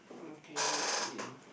okay let's see